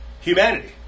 humanity